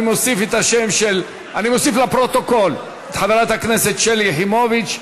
אני מוסיף לפרוטוקול את חברת הכנסת שלי יחימוביץ.